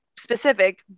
specific